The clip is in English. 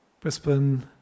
Brisbane